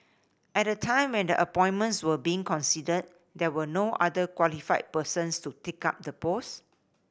at the time when the appointments were being considered there were no other qualified persons to take up the posts